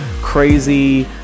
crazy